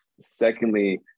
Secondly